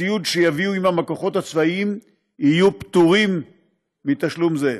הציוד שיביאו עימם הכוחות הצבאיים יהיו פטורים מתשלום זה.